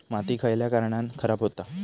माती खयल्या कारणान खराब हुता?